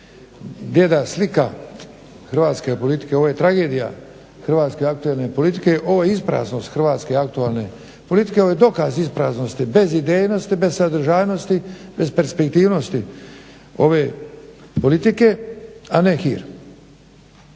bijeda slika hrvatske politike, ovo je tragedija hrvatske aktualne politike, ovo je ispraznost hrvatske aktualne politike, ovo je dokaz ispraznosti, bezidejnosti, bezsadržajnosti, besperspektivnosti ove politike a ne hir.